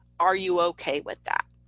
are you okay with that?